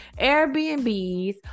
Airbnbs